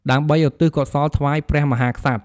ដើម្បីឧទ្ទិសកុសលថ្វាយព្រះមហាក្សត្រ។